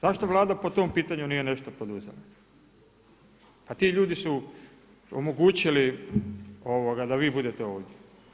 Zašto Vlada po tom pitanju nije nešto poduzela a ti ljudi su omogućili da vi budete ovdje.